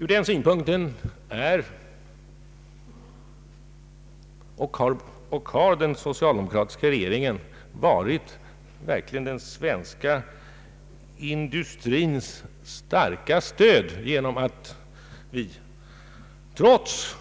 Ur den synpunkten är och har den socialdemokratiska regeringen verkligen varit den svenska industrins starka stöd genom att vi, trots